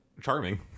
charming